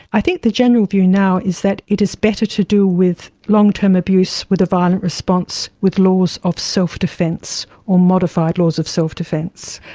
i think the general view now is that it is better to deal with long-term abuse with a violent response with laws of self-defence or modified laws of self-defence.